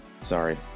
sorry